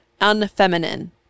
unfeminine